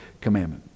commandment